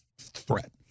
threat